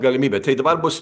galimybė tai dabar bus